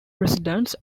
residents